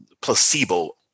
placebo